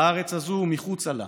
בארץ הזאת ומחוצה לה.